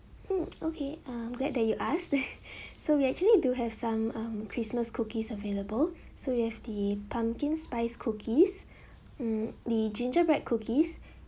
hmm okay um glad that you ask that so we actually do have some um christmas cookies available so we have the pumpkin spice cookies hmm the ginger bread cookies